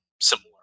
similar